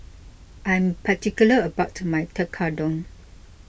I am particular about my Tekkadon